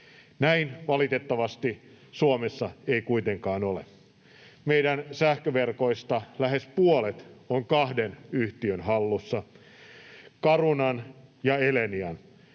Näin valitettavasti Suomessa ei kuitenkaan ole. Meidän sähköverkoistamme lähes puolet on kahden yhtiön hallussa, Carunan ja Elenian.